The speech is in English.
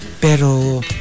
Pero